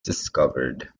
discovered